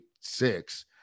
six